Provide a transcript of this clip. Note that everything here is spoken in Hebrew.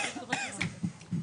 זה בסדר.